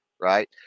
right